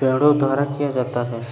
पेड़ों द्वारा किया जाता है?